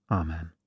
amen